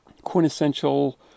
quintessential